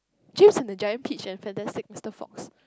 James-and-the-Giant-Peachh and Fantastic-Mister-Fox